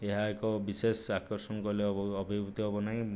ଏହା ଏକ ବିଶେଷ ଆକର୍ଷଣ କହିଲେ ଅଭିବୃଦ୍ଧି ହେବ ନାହିଁ